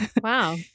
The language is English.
Wow